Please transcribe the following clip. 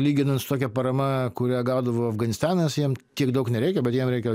lyginant su tokia parama kurią gaudavo afganistanas jiem tiek daug nereikia bet jiem reikia